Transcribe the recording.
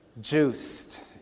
Juiced